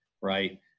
right